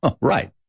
Right